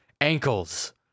ankles